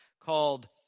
called